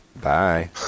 Bye